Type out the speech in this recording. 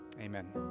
Amen